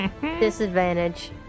disadvantage